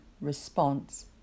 response